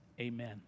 amen